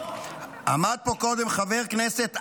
עמד פה חבר כנסת אלים.